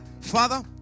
Father